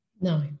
No